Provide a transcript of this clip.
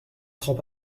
franc